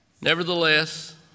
Nevertheless